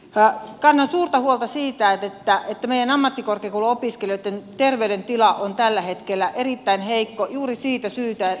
kannan suurta huolta siitä että meidän ammattikorkeakouluopiskelijoitten terveydentila on tällä hetkellä erittäin heikko juuri siitä syytä